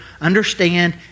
understand